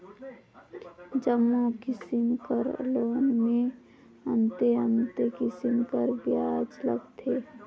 जम्मो किसिम कर लोन में अन्ते अन्ते किसिम कर बियाज लगथे